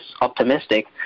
optimistic